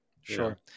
Sure